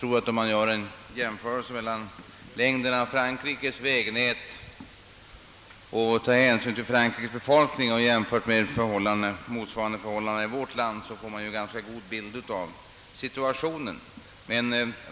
Om vi gör en jämförelse mellan längden av Frankrikes vägnät med hänsyn till dess befolkning och motsvarande förhållanden i vårt land, får vi en ganska god bild av situationen.